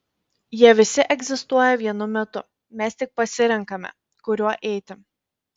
jie visi egzistuoja vienu metu mes tik pasirenkame kuriuo eiti